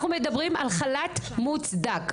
אנחנו מדברים על חל"ת מוצדק.